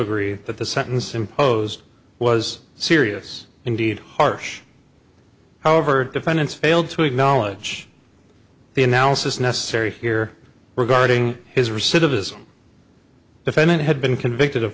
agree that the sentence imposed was serious indeed harsh however defendants failed to acknowledge the analysis necessary here regarding his recidivism defendant had been convicted of